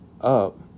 up